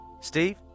Steve